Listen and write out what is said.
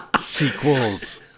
Sequels